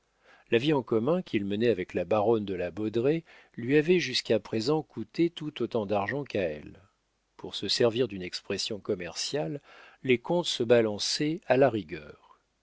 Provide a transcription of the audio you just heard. la vie en commun qu'il menait avec la baronne de la baudraye lui avait jusqu'à présent coûté tout autant d'argent qu'à elle pour se servir d'une expression commerciale les comptes se balançaient à la rigueur